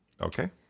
Okay